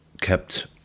kept